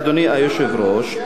אדוני היושב-ראש,